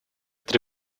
три